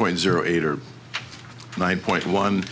point zero eight or nine point one